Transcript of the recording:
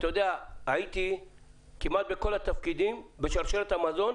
הייתי כמעט בכל התפקידים בשרשרת המזון